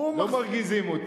לא מרגיזים אותי.